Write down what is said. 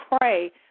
pray